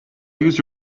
use